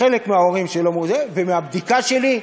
חלק מההורים שלא, ומהבדיקה שלי,